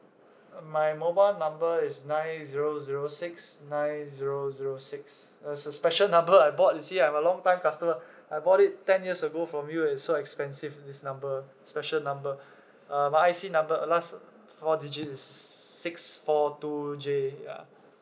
uh my mobile number is nine zero zero six nine zero zero six uh it's a special number I bought you see I'm a long time customer I bought it ten years ago from you and so expensive this number special number uh my I_C number last four digit is six four two J ya